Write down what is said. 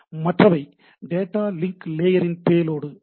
மற்றவை data link லேயரின் payload ஆகும்